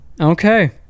okay